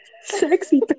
Sexy